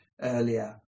earlier